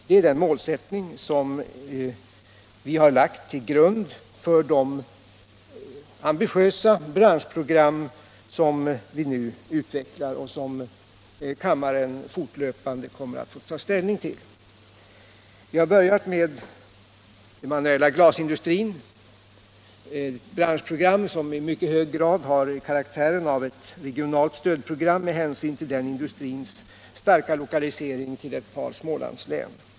Det är det mål som vi har lagt till grund för det ambitiösa branschprogram som vi nu utvecklar och som kammaren fortlöpande kommer att få ta ställning till. Vi har börjat med den manuella glasindustrin. Det är ett branschprogram som med hänsyn till den industrins starka lokalisering till ett par Smålandslän i hög grad har karaktären av ett regionalt stödprogram.